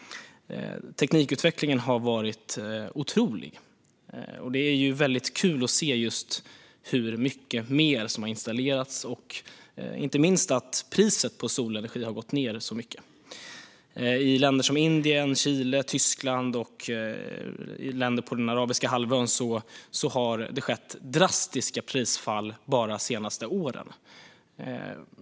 Teknikutvecklingen har varit otrolig, och det är väldigt kul att se hur mycket mer som har installerats och, inte minst, att priset på solenergi har gått ned så mycket. I länder som Indien, Chile och Tyskland samt på Arabiska halvön har det skett drastiska prisfall bara de senaste åren.